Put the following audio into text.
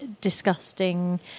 disgusting